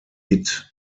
hit